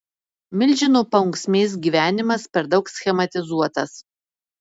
milžino paunksmės gyvenimas per daug schematizuotas